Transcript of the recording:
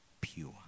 pure